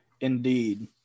Indeed